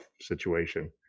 situation